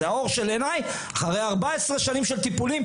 זה האור של עיניי, אחרי 14 שנים של טיפולים.